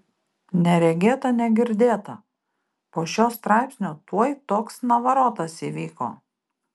neregėta negirdėta po šio straipsnio tuoj toks navarotas įvyko